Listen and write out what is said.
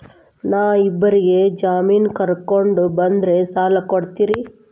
ನಾ ಇಬ್ಬರಿಗೆ ಜಾಮಿನ್ ಕರ್ಕೊಂಡ್ ಬಂದ್ರ ಸಾಲ ಕೊಡ್ತೇರಿ?